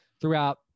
throughout